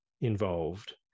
involved